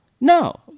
No